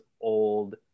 old